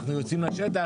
אנחנו יוצאים לשטח,